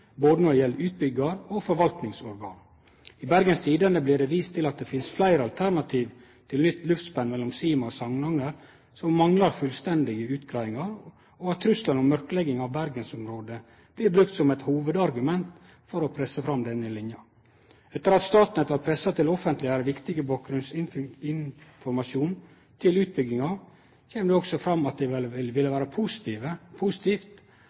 både når det gjeld utbyggjarar og forvaltningsorgan. I Bergens Tidende blir det vist til at det finst fleire alternativ til nytt luftspenn mellom Sima og Samnanger som manglar fullstendige utgreiingar, og at trusselen om mørklegging av bergensområdet blir brukt som eit hovudargument for å presse fram denne linja. Etter at Statnett vart pressa til å offentleggjere viktig bakgrunnsinformasjon om utbygginga, kjem det også fram at det vil vere positivt